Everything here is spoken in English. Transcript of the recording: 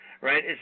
Right